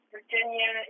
Virginia